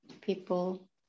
people